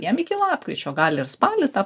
jam iki lapkričio gali ir spalį tą